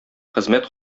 хезмәт